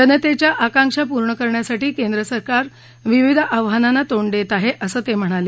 जनतेच्या आकांक्षा पूर्ण करण्यासाठी केंद्र सरकार विविध आव्हांनाना तोंड देत आहे असं ते म्हणाले